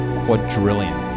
quadrillion